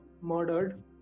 murdered